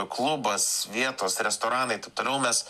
klubas vietos restoranai taip toliau mes